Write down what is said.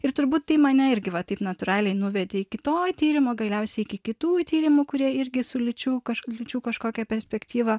ir turbūt tai mane irgi va taip natūraliai nuvedė iki to tyrimo galiausiai iki kitų tyrimų kurie irgi su lyčių kažkokia perspektyva